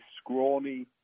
scrawny